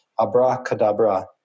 abracadabra